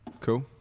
Cool